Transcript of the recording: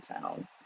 town